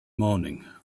morning